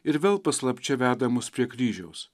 ir vėl paslapčia veda mus prie kryžiaus